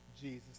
Jesus